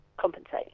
compensate